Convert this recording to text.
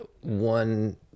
one